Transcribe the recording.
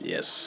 Yes